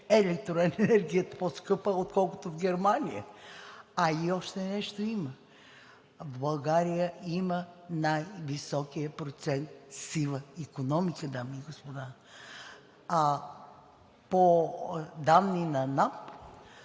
електроенергията, по-скъпа е отколкото в Германия. А и още нещо има – България има най-високия процент сива икономика, дами и господа. По данни на НАП